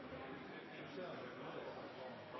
i 2013. Det var